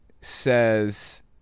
says